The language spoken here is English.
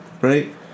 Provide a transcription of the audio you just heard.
right